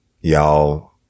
y'all